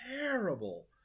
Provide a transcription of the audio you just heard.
terrible